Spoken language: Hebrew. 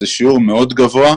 זה שיעור מאוד גבוה.